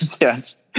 Yes